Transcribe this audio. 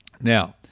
Now